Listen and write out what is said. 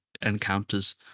encounters